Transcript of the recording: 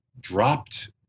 dropped